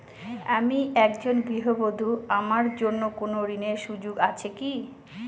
আমি একজন গৃহবধূ আমার জন্য কোন ঋণের সুযোগ আছে কি?